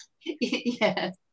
Yes